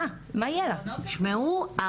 תשמעו,